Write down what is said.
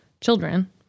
children